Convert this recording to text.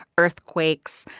earthquakes,